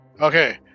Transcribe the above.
Okay